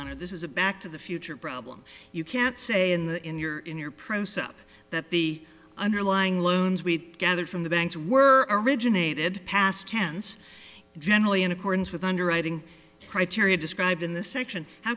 honor this is a back to the future problem you can't say in the in your in your process up that the underlying loans we gathered from the banks were originated past tense generally in accordance with underwriting criteria described in the section how